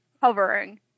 covering